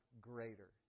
greater